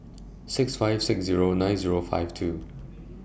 six five six Zero nine Zero five two